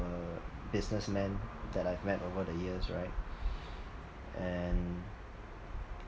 uh businessmen that I've met over the years right and